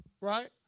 right